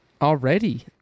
already